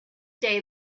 day